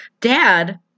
Dad